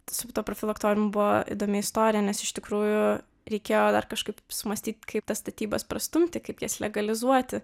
su tuo profilaktoriumu buvo įdomi istorija nes iš tikrųjų reikėjo dar kažkaip sumąstyt kaip tas statybas prastumti kaip jas legalizuoti